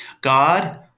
God